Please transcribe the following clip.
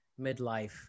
midlife